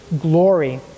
glory